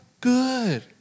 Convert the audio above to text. good